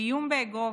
לאיום באגרוף.